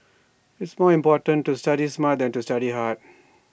IT is more important to study smart than to study hard